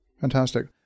Fantastic